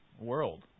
world